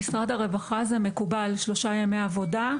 מודיע למשרד הבריאות ומשרד הבריאות מעדכן